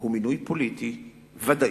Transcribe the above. הוא מינוי פוליטי ודאי.